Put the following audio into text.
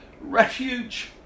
refuge